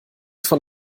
von